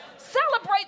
Celebrate